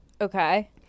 Okay